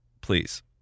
Please